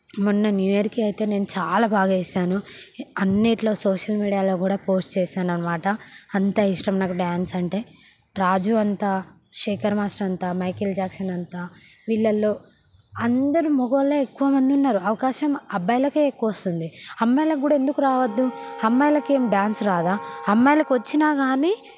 మొన్న న్యూ ఇయర్కి అయితే చాలా బాగా వేశాను అన్నిట్లో సోషల్ మీడియాలో కూడా పోస్ట్ చేశాను అనమాట అంత ఇష్టం నాకు డాన్స్ అంటే రాజు అంత శేఖర్ మాస్టర్ అంత మైకేల్ జాక్సన్ అంత వీళ్ళల్లో అందరూ మొగోళ్ళు ఎక్కువమంది ఉన్నారు అవకాశం అబ్బాయిలకే ఎక్కువ వస్తుంది అమ్మాయిలకు కూడా ఎందుకు రావద్దు అమ్మాయిలకు ఏమి డాన్స్ రాదా అమ్మాయిలకు వచ్చినా కాని